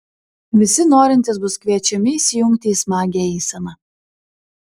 visi norintys bus kviečiami įsijungti į smagią eiseną